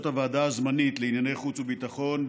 הוועדה הזמנית לענייני חוץ וביטחון,